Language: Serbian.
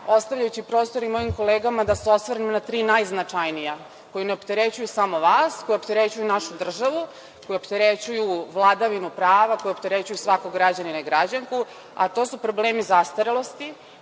stavljajući prostor i mojim kolegama da se osvrnem na tri najznačajnija koji ne opterećuju samo vas, koji opterećuju našu državu, koji opterećuju vladavinu prava, koji opterećuju svakog građanina i građanku, a to su problemi zastarelosti.